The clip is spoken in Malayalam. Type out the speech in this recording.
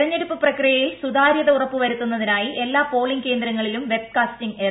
തെരഞ്ഞെടുപ്പു പ്രക്രിയയിൽ സുതാര്യത ഉറപ്പുവരുത്തുന്നതിനായി എല്ലാ പോളിംഗ് കേന്ദ്രങ്ങളിലും വെബ് കാസ്റ്റിങ് ഏർപ്പെടുത്തും